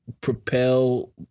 propel